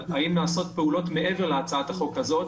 האם נעשות פעולות מעבר להצעת החוק הזאת.